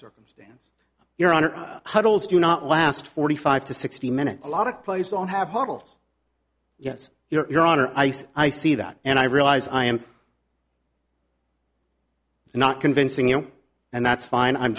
circumstance you're on or huddles do not last forty five to sixty minutes a lot of plays on have hoddle yes you're on an ice i see that and i realize i am not convincing you and that's fine i'm